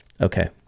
Okay